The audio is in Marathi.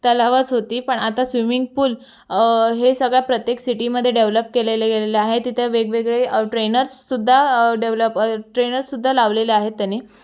तलावच होते पण आता स्विमिंग पूल हे सगळ्या प्रत्येक सिटीमध्ये डेव्हलप केलं गेलेलं आहे तिथे वेगवेगळे ट्रेनर्ससुद्धा डेव्हलप ट्रेनर्ससुद्धा लावलेले आहेत त्यांनी